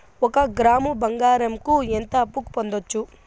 ఒక గ్రాము బంగారంకు ఎంత అప్పు పొందొచ్చు